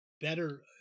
better